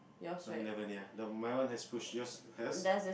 I'm eleven ya the my one has push yours has